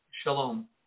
Shalom